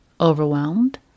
overwhelmed